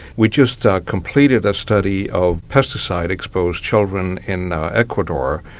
we just completed a study of pesticide-exposed children in ecuador,